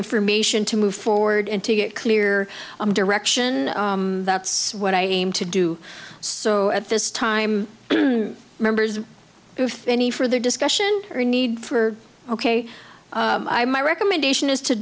information to move forward and to get clear direction that's what i aim to do so at this time members if any further discussion or need for ok i my recommendation is to